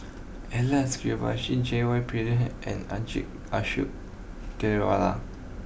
Alex Abisheganaden J Y Pillay and Ashok Ghariwala